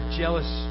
jealous